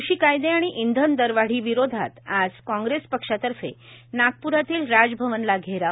कृषि कायदे आणि इंधन दर वाढी विरोधात आज कॉग्रेस पक्षातर्फे नागप्रातील राजभवनाला घेराव